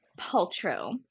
Paltrow –